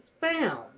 found